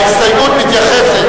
ההסתייגות מתייחסת